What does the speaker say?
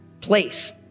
place